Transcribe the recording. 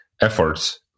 efforts